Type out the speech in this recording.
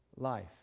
life